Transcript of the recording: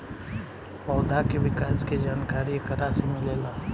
पौधा के विकास के जानकारी एकरा से मिलेला